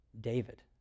David